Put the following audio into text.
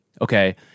okay